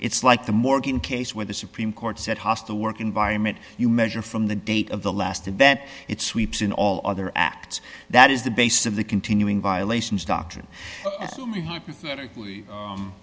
it's like the morgan case where the supreme court said hostile work environment you measure from the date of the last and that it sweeps in all other acts that is the basis of the continuing violations doctrine